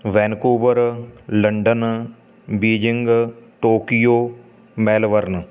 Vancouver London Beijing Tokyo Melbourne